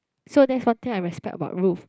so that's one thing I respect about Ruth